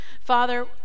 Father